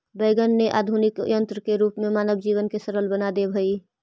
wagon ने आधुनिक यन्त्र के रूप में मानव जीवन के सरल बना देवऽ हई